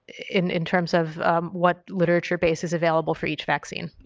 in in terms of what literature base is available for each vaccine.